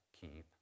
keep